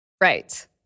Right